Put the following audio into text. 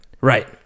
Right